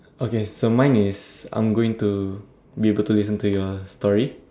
okay so mine is I'm going to be able to listen to your story